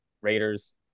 Raiders